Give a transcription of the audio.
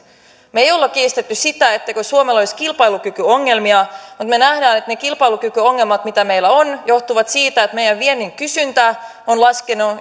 me emme ole kiistäneet sitä etteikö suomella olisi kilpailukykyongelmia mutta me näemme että kilpailukykyongelmat mitä meillä on johtuvat siitä että meidän vientimme kysyntä on laskenut